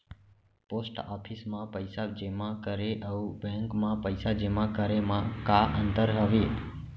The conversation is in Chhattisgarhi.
पोस्ट ऑफिस मा पइसा जेमा करे अऊ बैंक मा पइसा जेमा करे मा का अंतर हावे